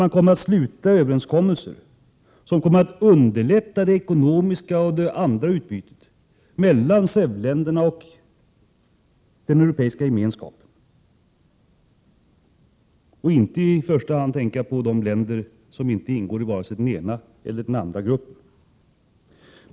Man kommer att träffa överenskommelser som underlättar ekonomiskt och annat utbyte mellan SEV-länderna och den europeiska gemenskapen och inte att i första hand tänka på de länder som inte ingår i vare sig den ena eller andra gruppen.